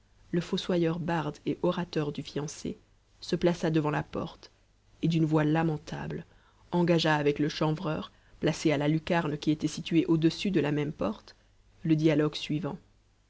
le fossoyeur barde et orateur du fiancé se plaça devant la porte et d'une voix lamentable engagea avec le chanvreur placé à la lucarne qui était située au-dessus de la même porte le dialogue suivant